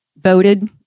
voted